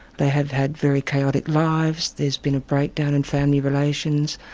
they have had very chaotic lives, there's been a breakdown in family relations,